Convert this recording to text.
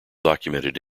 documented